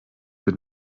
für